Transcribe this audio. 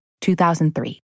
2003